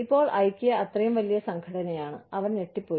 ഇപ്പോൾ Ikea അത്രയും വലിയ സംഘടനയാണ് അവർ ഞെട്ടിപ്പോയി